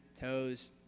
toes